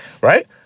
right